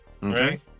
Right